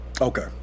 okay